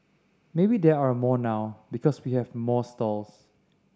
maybe there are more now because we have more stalls